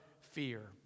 fear